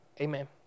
amen